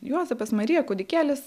juozapas marija kūdikėlis